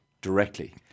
Directly